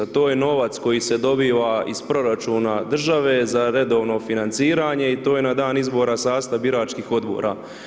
To je novac koji se dobiva iz proračuna države za redovno financiranje i to je na dan izbora sastav biračkih odgovora.